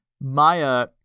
Maya –